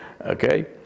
Okay